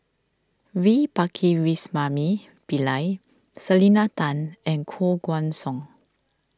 V Pakirisamy Pillai Selena Tan and Koh Guan Song